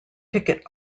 ticket